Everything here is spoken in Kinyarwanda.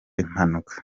impanuka